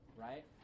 right